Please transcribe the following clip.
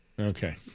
Okay